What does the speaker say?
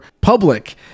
public